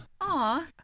Aw